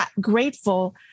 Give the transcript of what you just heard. grateful